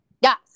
yes